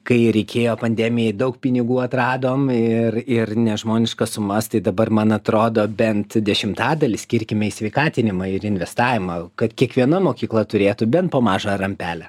kai reikėjo pandemijai daug pinigų atradom ir ir nežmoniškas sumas tai dabar man atrodo bent dešimtadalį skirkime į sveikatinimą ir investavimą kad kiekviena mokykla turėtų bent po mažą rampelę